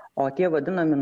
o tie vadinami